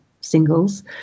singles